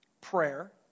prayer